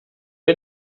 est